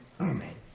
Amen